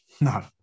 no